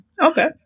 okay